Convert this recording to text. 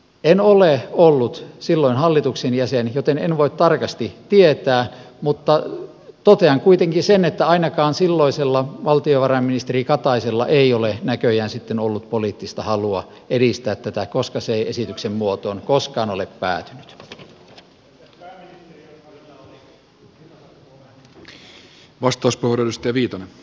en ollut silloin hallituksen jäsen joten en voi tarkasti tietää mutta totean kuitenkin sen että ainakaan silloisella valtiovarainministeri kataisella ei ole näköjään sitten ollut poliittista halua edistää asiaa koska se ei esityksen muotoon koskaan ole päätynyt